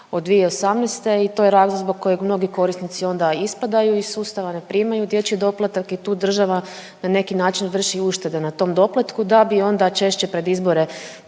od 2018. i to je razlog zbog kojeg mnogi korisnici onda ispadaju iz sustava, ne primaju dječji doplatak i tu država na neki način vrši uštede na tom doplatku, da bi onda češće pred izbore